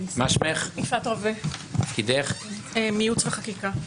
יפעת רווה, ייעוץ וחקיקה.